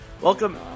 Welcome